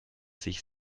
sich